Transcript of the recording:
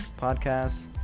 Podcasts